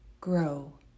grow